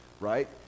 right